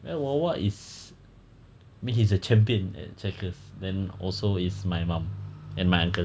well wak wak is I mean he's a champion at checkers then also is my mum and my uncle